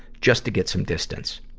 just to get some distance.